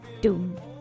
Doom